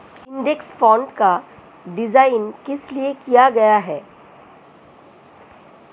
Index fund का design किस लिए किया गया है?